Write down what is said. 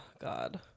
God